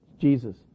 jesus